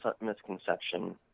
misconception